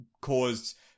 caused